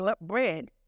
bread